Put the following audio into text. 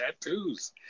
tattoos